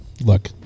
look